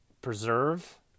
preserve